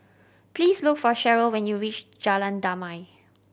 please look for Cheryle when you reach Jalan Damai